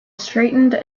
straightened